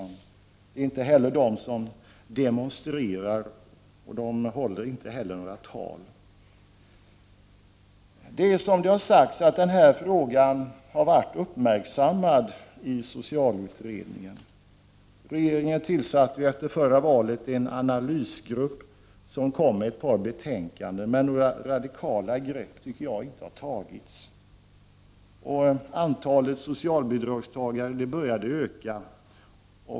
De tillhör inte heller dem som demonstrerar, och de håller inte heller några tal. Den här frågan har varit uppmärksammad i socialutredningen. Regeringen tillsatte efter förra valet en analysgrupp som kom med ett par betänkanden. Men jag tycker inte att det har tagits några radikala grepp. Antalet socialbidragstagare började öka.